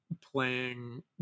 playing